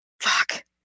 fuck